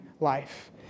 life